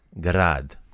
Grad